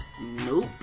Nope